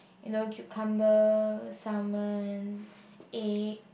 you know cucumber salmon egg